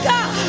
God